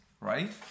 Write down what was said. right